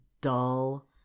dull